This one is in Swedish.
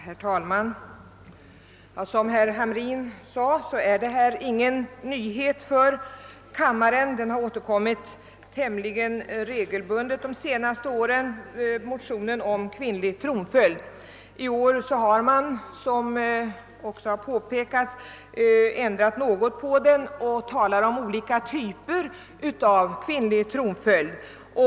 Herr talman! Som herr Hamrin i Jönköping sade är denna fråga inte ny för kammaren. Motionen om kvinnlig tronföljd har återkommit tämligen regelbundet de senaste åren. I år har motionärerna ändrat något på motionen och talar denna gång om olika typer av kvinnlig tronföljd.